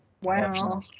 Wow